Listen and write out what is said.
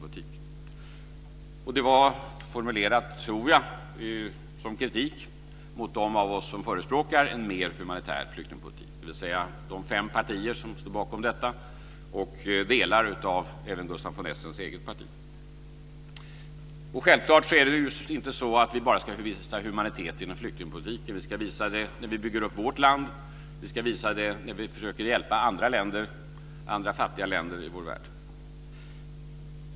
Jag tror att det var formulerat som kritik mot dem av oss som förespråkar en mer humanitär flyktingpolitik, dvs. de fem partier som står bakom detta och även delar av Gustaf von Essens eget parti. Vi ska självfallet inte visa humanitet bara inom flyktingpolitiken. Vi ska visa det när vi bygger upp vårt land och när vi försöker hjälpa fattiga länder i vår värld.